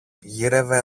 γύρευε